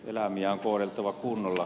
eläimiä on kohdeltava kunnolla